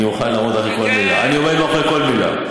אני עומד מאחורי כל מילה.